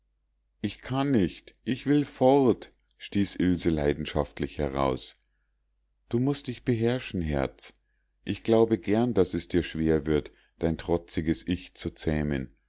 ich kann nicht ich will fort stieß ilse leidenschaftlich heraus du mußt dich beherrschen herz ich glaube gern daß es dir schwer wird dein trotziges ich zu zähmen